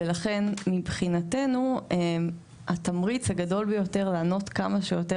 ולכן מבחינתנו התמריץ הגדול ביותר לענות כמה שיותר